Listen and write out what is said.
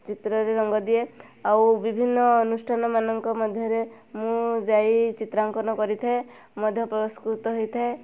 ଚିତ୍ରରେ ରଙ୍ଗ ଦିଏ ଆଉ ବିଭିନ୍ନ ଅନୁଷ୍ଠାନମାନଙ୍କ ମଧ୍ୟରେ ମୁଁ ଯାଇ ଚିତ୍ରାଙ୍କନ କରିଥାଏ ମଧ୍ୟ ପୁରଷ୍କୃତ ହୋଇଥାଏ